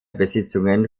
besitzungen